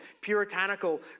puritanical